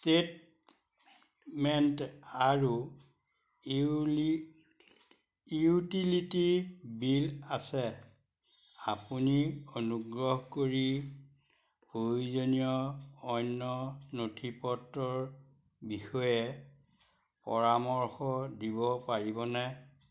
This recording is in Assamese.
ষ্টেটমেণ্ট আৰু ইউলি ইউটিলিটি বিল আছে আপুনি অনুগ্ৰহ কৰি প্ৰয়োজনীয় অন্য নথিপত্ৰৰ বিষয়ে পৰামৰ্শ দিব পাৰিবনে